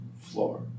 floor